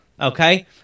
okay